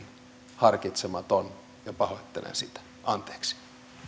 harkitsematon pahoittelen sitä anteeksi